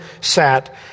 sat